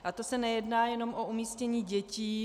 A to se nejedná jenom o umístění dětí.